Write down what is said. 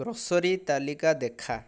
grocery ତାଲିକା ଦେଖା